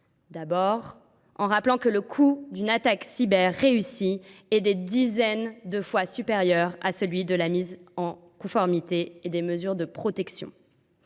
d’abord, en rappelant que le coût d’une attaque cyber réussie est des dizaines de fois supérieur à celui de la mise en conformité et des mesures de protection